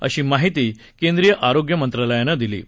अशी माहिती केंद्रिय आरोग्य मंत्रालयानं दिली आहे